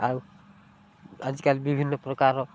ଆଉ ଆଜିକାଲି ବିଭିନ୍ନ ପ୍ରକାର